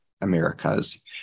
Americas